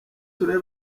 turere